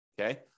Okay